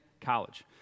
college